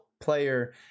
player